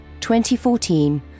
2014